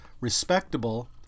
respectable